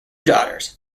daughters